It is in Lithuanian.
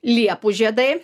liepų žiedai